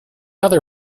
other